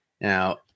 Now